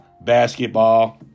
basketball